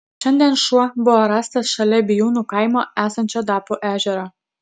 šiandien šuo buvo rastas šalia bijūnų kaimo esančio dapų ežero